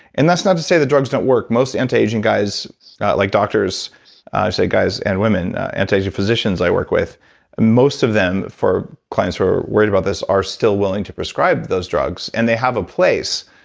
and that's not to say the drugs don't work most antiaging guys like doctors, i should say guys and women, anti-aging physicians i work with most of them for clients who are worried about this are still willing to prescribe those drugs. and they have a place,